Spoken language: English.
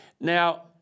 Now